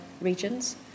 regions